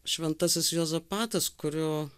šventasis juozapatas kurio